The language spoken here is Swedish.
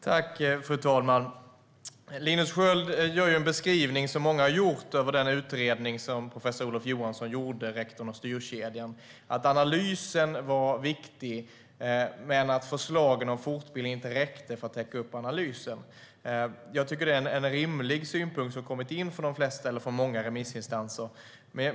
Fru talman! Linus Sköld gör en beskrivning som många har gjort av den utredning som professor Olof Johansson gjorde, Rektorn och styrkedjan . Den går ut på att analysen var viktig men att förslagen om fortbildning inte räckte för att täcka upp analysen. Det är en rimlig synpunkt som har kommit in från många remissinstanser.